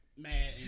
mad